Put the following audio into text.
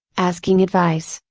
asking advice,